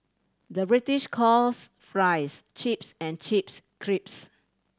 the British calls fries chips and chips crisps